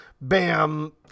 Bam